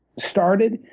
started,